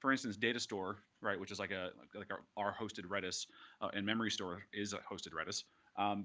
for instance, data store, which is like ah like like our our hosted redis in memorystore is a hosted redis